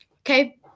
Okay